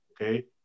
okay